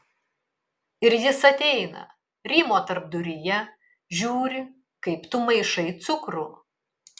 ir jis ateina rymo tarpduryje žiūri kaip tu maišai cukrų